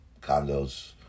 condos